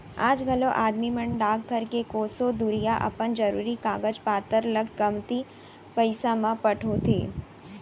आज घलौ आदमी मन डाकघर ले कोसों दुरिहा अपन जरूरी कागज पातर ल कमती पइसा म पठोथें